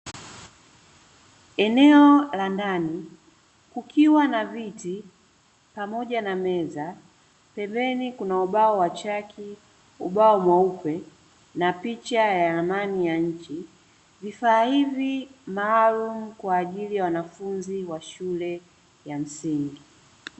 Eneo la ndani kukiwa na viti pamoja na meza pembeni kuna ubao wa chaki, ubao mweupe na picha ya ramani ya nchi. Vifaa hivi maalumu kwa ajili ya wanafunzi wa shule ya msingi.